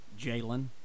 Jalen